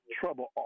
trouble